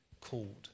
called